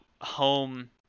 home